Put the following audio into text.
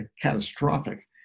catastrophic